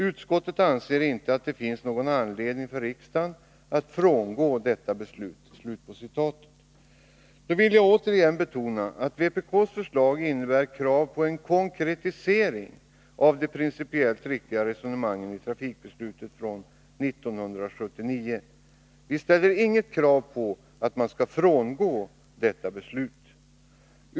Utskottet anser inte att det finns någon anledning för riksdagen att frångå detta beslut.” Då vill jag återigen betona att vpk:s förslag innebär krav på en konkretisering av de principiellt riktiga resonemangen i trafikbeslutet från 1979. Vi kräver inte att man skall frångå detta beslut.